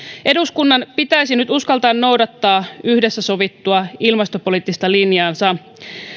eduskunnan pitäisi nyt uskaltaa noudattaa yhdessä sovittua ilmastopoliittista linjaansa